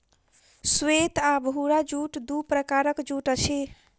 श्वेत आ भूरा जूट दू प्रकारक जूट अछि